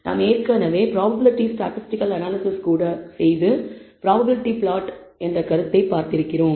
நாம் ஏற்கனவே probability statistical analysis கூட செய்து ப்ராப்பபிலிட்டி பிளாட் என்ற கருத்தை பார்த்திருக்கிறோம்